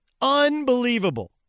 Unbelievable